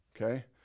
Okay